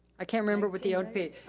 i can't remember what the o would be,